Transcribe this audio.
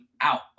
out